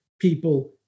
people